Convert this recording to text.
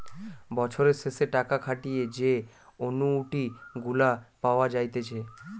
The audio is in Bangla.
বছরের শেষে টাকা খাটিয়ে যে অনুইটি গুলা পাওয়া যাইতেছে